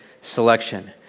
selection